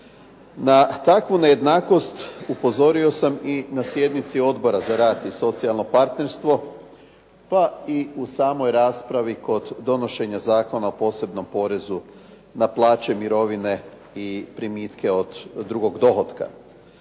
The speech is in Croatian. Na takvu nejednakost upozorio sam i na sjednici Odbora za rad i socijalno partnerstvo pa i u samoj raspravi kod donošenja Zakona o posebnom porezu na plaće, mirovine i primitke od drugog dohotka.